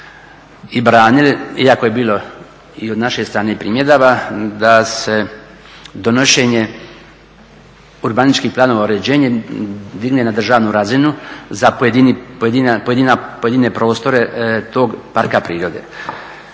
i branili, iako je bilo i od naše strane primjedaba da se donošenje urbanističkih planova uređenje digne na državnu razinu za pojedine prostore tog parka prirode.